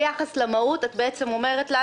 ביחס למהות את בעצם אומרת לנו,